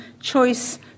choice